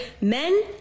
men